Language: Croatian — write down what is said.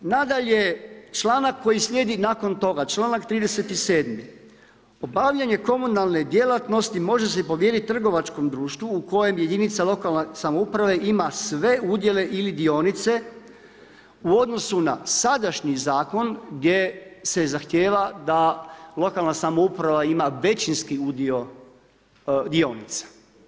Nadalje, članak koji slijedi nakon toga, članak 37. obavljanje komunalne djelatnosti može se povjeriti trovačkom društvu u kojem jedinica lokalne samouprave ima sve udjele ili dionice u odnosu na sadašnji zakon gdje se zahtijeva da lokalna samouprava ima većinski udio dionica.